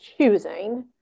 choosing